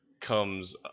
comes